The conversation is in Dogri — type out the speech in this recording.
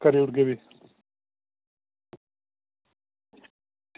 करी ओड़गे भी